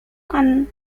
and